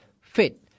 fit